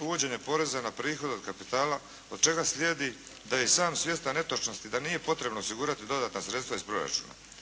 uvođenje poreza na prihod od kapitala od čega slijedi da je sam svjestan netočnosti da nije potrebno osigurati dodatna sredstva iz proračuna.